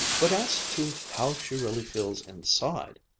but as to how she really feels inside,